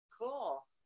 cool